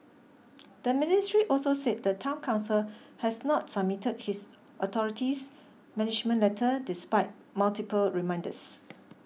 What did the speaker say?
the ministry also said the town council has not submitted his authorities management letter despite multiple reminders